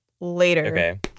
later